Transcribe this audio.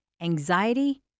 anxiety